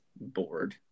bored